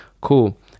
cool